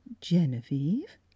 Genevieve